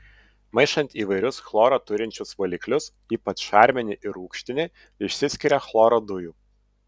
maišant įvairius chloro turinčius valiklius ypač šarminį ir rūgštinį išsiskiria chloro dujų